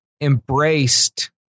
embraced